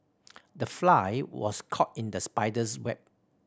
the fly was caught in the spider's web